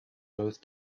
both